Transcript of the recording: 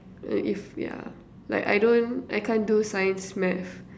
uh if yeah like I don't I can't do science math